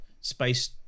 space